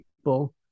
people